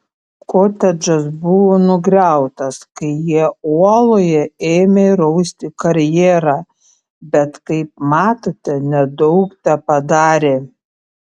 kotedžas buvo nugriautas kai jie uoloje ėmė rausti karjerą bet kaip matote nedaug tepadarė